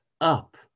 up